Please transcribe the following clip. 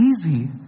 easy